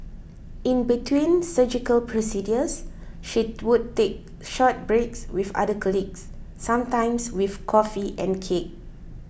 in between surgical procedures she would take short breaks with other colleagues sometimes with coffee and cake